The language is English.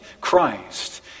Christ